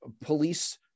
police